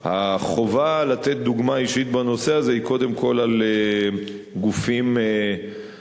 החובה לתת דוגמה אישית בנושא הזה היא קודם כול על גופים ממשלתיים,